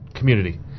community